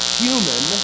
human